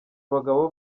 bagabo